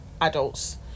adults